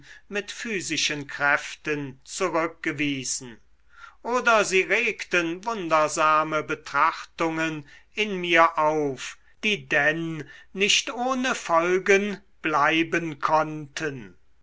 mit physischen kräften zurückgewiesen oder sie regten wundersame betrachtungen in mir auf die denn nicht ohne folgen bleiben konnten